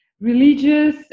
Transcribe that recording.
religious